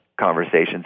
conversations